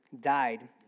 died